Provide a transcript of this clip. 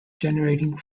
generating